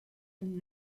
and